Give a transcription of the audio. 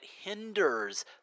hinders